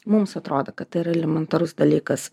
mums atrodo kad tai yra elementarus dalykas